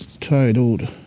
titled